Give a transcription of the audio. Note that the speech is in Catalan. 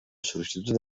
sol·licitud